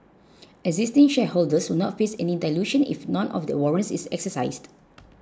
existing shareholders will not face any dilution if none of the warrants is exercised